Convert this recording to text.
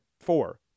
four